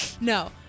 no